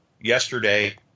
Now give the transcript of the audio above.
yesterday